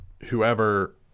whoever